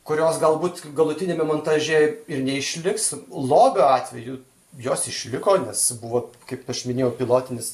kurios galbūt galutiniame montaže ir neišliks lobio atveju jos išliko nes buvo kaip aš minėjau pilotinis